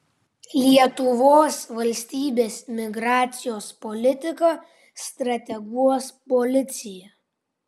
lietuvos valstybės migracijos politiką strateguos policija